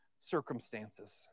circumstances